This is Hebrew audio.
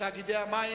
תאגידי המים,